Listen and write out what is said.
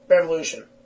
Revolution